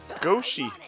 Goshi